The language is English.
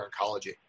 oncology